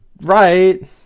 right